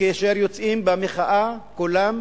וכאשר יוצאים במחאה, כולם,